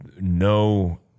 no